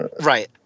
Right